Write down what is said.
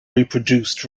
reproduced